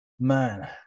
Man